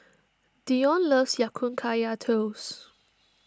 Dion loves Ya Kun Kaya Toast